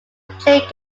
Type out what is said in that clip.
plane